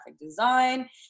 design